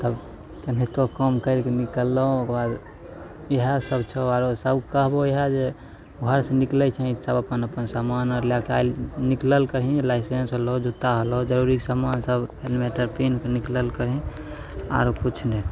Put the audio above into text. तब कोनाहितो कम करिकऽ निकललहुँ ओकरबाद इएहसब छौ आओर सब कहबौ इएह जे घरसँ निकलै छिही सब अपन अपन समान आओर लऽ कऽ निकलल करही लाइसेन्स होलौ जुत्ता होलौ जरूरीके समान सब हेलमेट आर पिन्ह कऽ निकलल करही आओर किछु नहि